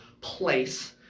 place